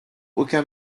aucun